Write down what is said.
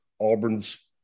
Auburn's